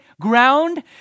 ground